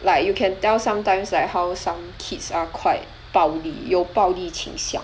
like you can tell sometimes like how some kids are quite 暴力有暴力倾向